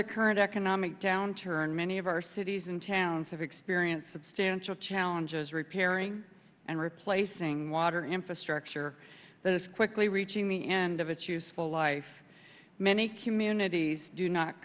the current economic downturn many of our cities and towns have experienced substantial challenges repairing and replacing water infrastructure that is quickly reaching the end of its useful life many communities do not